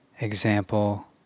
example